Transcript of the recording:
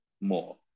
more